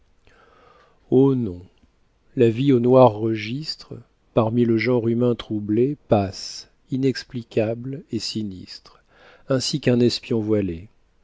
oh non la vie au noir registre parmi le genre humain troublé passe inexplicable et sinistre ainsi qu'un espion voilé